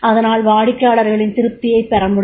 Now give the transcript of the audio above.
அதனால் வாடிக்கையாளர்களின் திருப்தியைப் பெற முடியும்